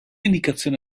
indicazioni